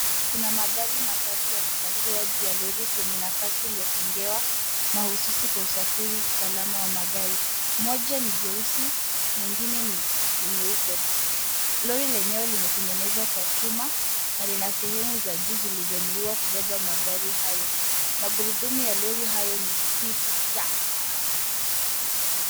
Kuna magari matatu yamepakiwa juu ya lori kwenye nafasi iliyotengewa mahususi kwa usafiri usalama wa magari. Moja ni jeusi lingine ni nyeupe. Lori lenyewe kimetengenezwa kwa chuma na lina sehemu za juu zilizonuiwa kubeba magari hayo . Magurudumu ya lori hayo ni sita.